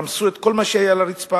רמסו את כל מה שהיה על הרצפה.